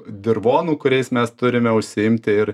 dirvonų kuriais mes turime užsiimti ir